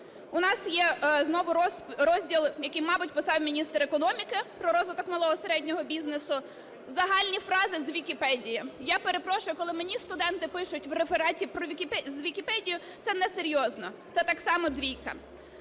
У нас є знову розділ, який, мабуть, писав міністр економіки, про розвиток малого і середнього бізнесу. Загальні фрази з Вікіпедії. Я перепрошую, коли мені студенти пишуть в рефераті з Вікіпедії, це несерйозно, це так само двійка.